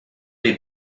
les